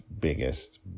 biggest